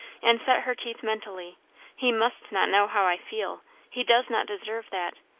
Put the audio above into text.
and set her teeth mentally he must not know how i feel he does not deserve that.